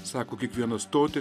sako kiekvieną stotį